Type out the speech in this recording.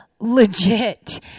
legit